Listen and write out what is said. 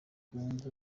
bahungu